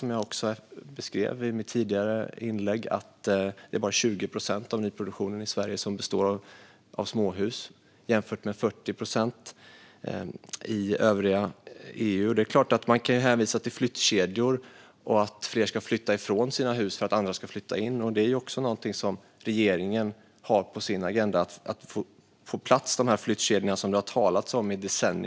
Som jag beskrev i mitt tidigare inlägg består bara 20 procent av nyproduktionen i Sverige av småhus, jämfört med 40 procent i övriga EU. Man kan såklart hänvisa till flyttkedjor och att fler ska flytta från sina hus för att andra ska flytta in. Att få flyttkedjorna på plats, som det talats om i decennier, är också något som regeringen har på sin agenda.